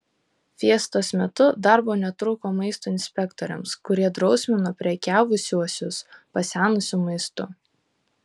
fiestos metu darbo netrūko maisto inspektoriams kurie drausmino prekiavusiuosius pasenusiu maistu